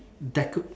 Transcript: deco~